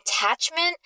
attachment